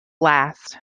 last